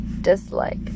dislike